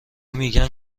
میگین